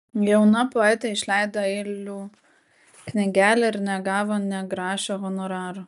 jauna poetė išleido eilių knygelę ir negavo nė grašio honoraro